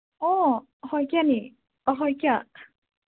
অঁ শইকীয়ানী অঁ শইকীয়া